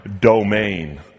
domain